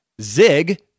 ZIG